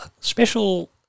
special